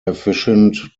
efficient